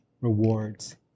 rewards